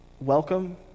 welcome